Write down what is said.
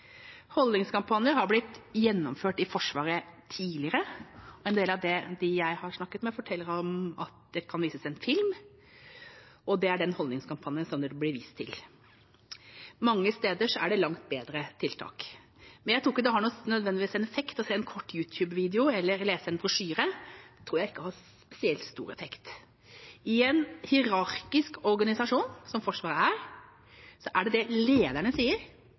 Holdningskampanjer har blitt gjennomført i Forsvaret tidligere, og en del av dem jeg har snakket om, forteller om at det kan vises en film, og det er den holdningskampanjen som det blir vist til. Mange steder er det langt bedre tiltak. Men jeg tror ikke det nødvendigvis har en effekt å se en kort YouTube-video eller lese en brosjyre. Det tror jeg ikke har spesielt stor effekt. I en hierarkisk organisasjon, som Forsvaret er, er det det lederne sier,